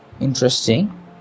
interesting